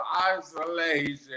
isolation